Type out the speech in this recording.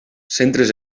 centres